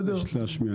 בסדר, תן לי להשמיע.